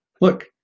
Look